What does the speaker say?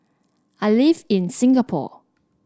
I live in Singapore